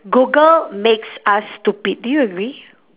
google makes us stupid do you agree